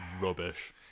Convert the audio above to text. Rubbish